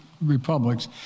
republics